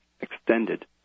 extended